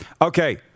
Okay